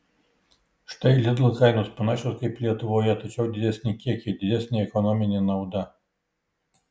štai lidl kainos panašios kaip lietuvoje tačiau didesni kiekiai didesnė ekonominė nauda